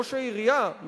ראש העירייה,